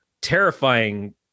terrifying